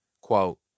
Quote